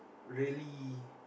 really